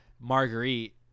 Marguerite